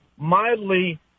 mildly